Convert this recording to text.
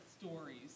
stories